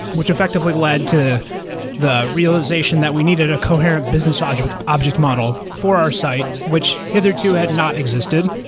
which effectively led to the realization that we needed a coherent business object object model for our site, which hitherto had not existed.